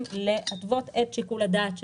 קנס אתה משלם כשאתה עובר עבירה.